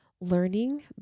learning